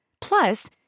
Plus